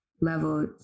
level